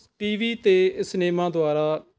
T V ਅਤੇ cinema ਦੁਆਰਾ